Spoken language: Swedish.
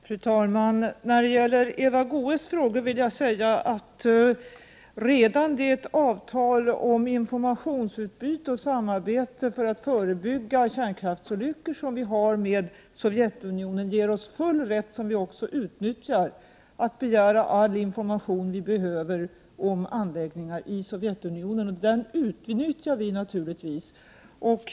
Fru talman! Beträffande Eva Goés frågor vill jag säga att redan det avtal om informationsutbyte och samarbete för att förebygga kärnkraftsolyckor som vi har med Sovjetunionen ger oss full rätt — en rätt som vi naturligtvis utnyttjar — att begära all information vi behöver om anläggningar i Sovjetunionen.